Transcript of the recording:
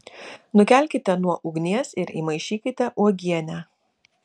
nukelkite nuo ugnies ir įmaišykite uogienę